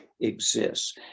exists